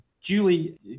Julie